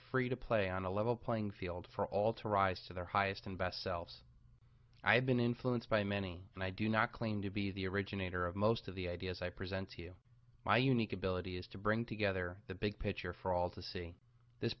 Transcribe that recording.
free to play on a level playing field for all to rise to their highest and best selves i have been influenced by many and i do not claim to be the originator of most of the ideas i present to you my unique ability is to bring together the big picture for all to see this